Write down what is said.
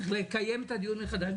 צריך לקיים את הדיון מחדש.